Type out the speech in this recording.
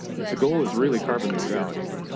if the goal is really carbon neutrality,